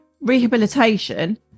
rehabilitation